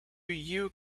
you